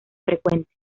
frecuente